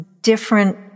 different